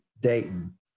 Dayton